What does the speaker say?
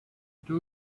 two